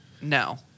No